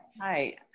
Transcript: Hi